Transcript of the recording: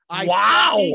Wow